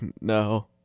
no